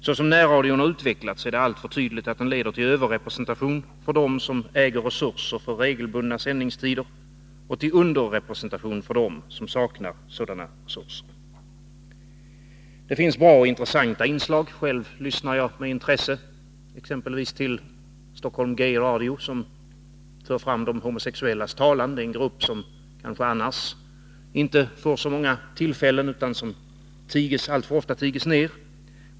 Så som närradion har utvecklats är det alltför tydligt att den leder till överrepresentation för dem som äger resurser för regelbundna sändningstider och till underrepresentation för dem som saknar sådana resurser. Det finns bra och intressanta inslag. Själv lyssnar jag med intresse till exempelvis Stockholm Gay Radio, som för de homosexuellas talan. Det är en grupp som kanske annars inte får så många tillfällen utan som alltför ofta förtigs.